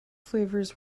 flavours